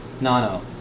Nano